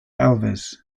alves